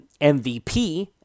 MVP